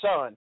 son